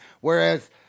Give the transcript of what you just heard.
Whereas